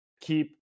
Keep